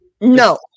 No